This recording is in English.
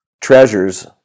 treasures